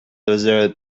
other